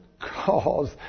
cause